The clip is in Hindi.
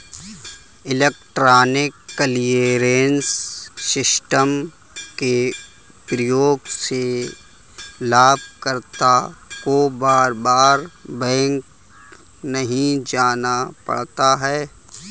इलेक्ट्रॉनिक क्लीयरेंस सिस्टम के प्रयोग से लाभकर्ता को बार बार बैंक नहीं जाना पड़ता है